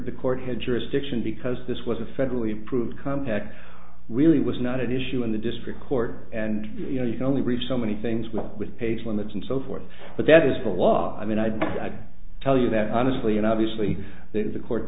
the court had jurisdiction because this was a federally approved compact really was not an issue in the district court and you know you can only reach so many things well with page limits and so forth but that is a lot i mean i'd tell you that honestly and obviously there's a court